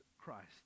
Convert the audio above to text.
Christ